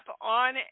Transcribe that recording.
on